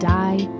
die